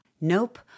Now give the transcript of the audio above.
Nope